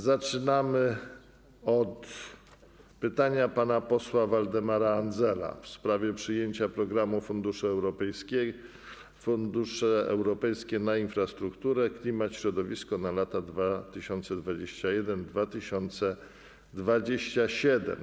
Zaczynamy od pytania pana posła Waldemara Andzela w sprawie przyjęcia programu Fundusze Europejskie na Infrastrukturę, Klimat, Środowisko na lata 2021-2027.